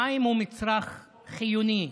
מים הם מצרך חיוני,